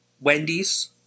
Wendy's